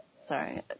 Sorry